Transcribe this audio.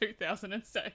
2006